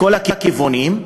מכל הכיוונים,